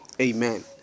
amen